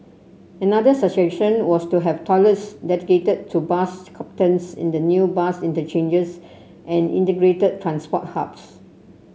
another suggestion was to have toilets dedicated to bus captains in the new bus interchanges and integrated transport hubs